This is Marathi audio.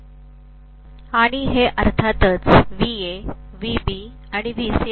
आणि हे अर्थातच VA VB आणि VC